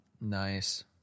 Nice